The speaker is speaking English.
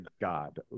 God